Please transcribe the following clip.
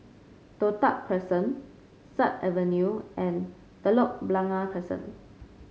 Toh Tuck Crescent Sut Avenue and Telok Blangah Crescent